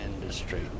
industry